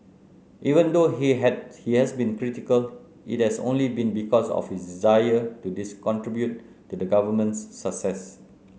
even though he has he has been critical it has only been because of his desire to dis contribute to the government's success